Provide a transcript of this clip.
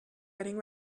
getting